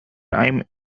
time